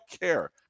care